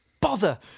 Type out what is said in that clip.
bother